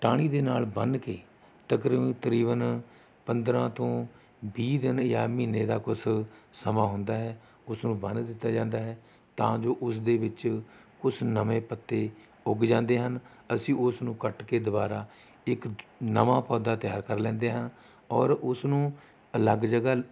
ਟਾਹਣੀ ਦੇ ਨਾਲ ਬੰਨ੍ਹ ਕੇ ਤਕਰੀਬਨ ਤਕਰੀਬਨ ਪੰਦਰਾਂ ਤੋਂ ਵੀਹ ਦਿਨ ਜਾਂ ਮਹੀਨੇ ਦਾ ਕੁਛ ਸਮਾਂ ਹੁੰਦਾ ਹੈ ਉਸ ਨੂੰ ਬੰਨ੍ਹ ਦਿੱਤਾ ਜਾਂਦਾ ਹੈ ਤਾਂ ਜੋ ਉਸ ਦੇ ਵਿੱਚ ਕੁਛ ਨਵੇਂ ਪੱਤੇ ਉੱਗ ਜਾਂਦੇ ਹਨ ਅਸੀਂ ਉਸ ਨੁੂੰ ਕੱਟ ਕੇ ਦੁਬਾਰਾ ਇੱਕ ਨਵਾਂ ਪੌਦਾ ਤਿਆਰ ਕਰ ਲੈਂਦੇ ਹਾਂ ਔਰ ਉਸ ਨੂੰ ਅਲੱਗ ਜਗ੍ਹਾ